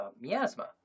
miasma